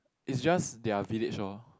is just their village lor